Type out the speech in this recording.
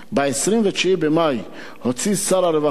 ב-29 במאי הוציא שר הרווחה,